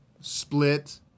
split